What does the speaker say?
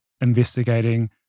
investigating